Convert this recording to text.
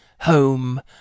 home